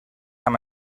amb